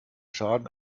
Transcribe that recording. schaden